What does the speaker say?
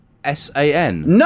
S-A-N